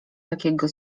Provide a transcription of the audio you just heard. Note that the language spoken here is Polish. takiego